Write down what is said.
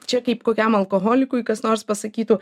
čia kaip kokiam alkoholikui kas nors pasakytų